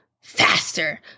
faster